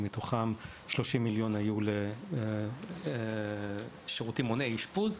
שמתוכם 30 מיליון היו לשירותים מונעי אשפוז,